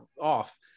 off